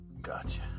Gotcha